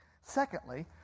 Secondly